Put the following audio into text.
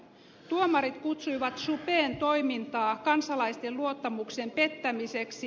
tuomarit kutsuivat juppen toimintaa kansalaisten luottamuksen pettämiseksi